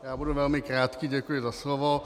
Já budu velmi krátký, děkuji za slovo.